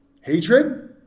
Hatred